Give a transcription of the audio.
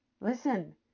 listen